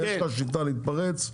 יש לך שיטה להתפרץ,